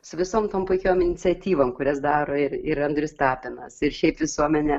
su visom tom puikiom iniciatyvom kurias daro ir ir andrius tapinas ir šiaip visuomenė